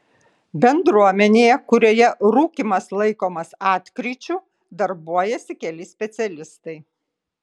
bendruomenėje kurioje rūkymas laikomas atkryčiu darbuojasi keli specialistai